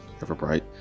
Everbright